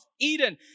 Eden